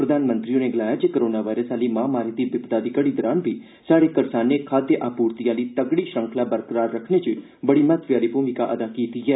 प्रधानमंत्री होरें गलाया जे कोरोना वायरस आहली महामारी दी बिपदा दी घड़ी दौरान बी स्हाड़े करसानें खाद्य आपूर्ति आहली तगड़ी श्रृंख्ला बरकरार रक्खने च बड़ी महत्वै आहली भूमिका अदा कीती ऐ